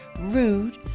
rude